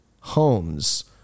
homes